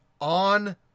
on